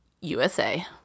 USA